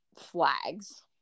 flags